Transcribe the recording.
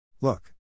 Look